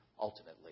ultimately